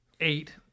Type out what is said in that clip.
eight